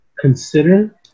Consider